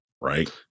right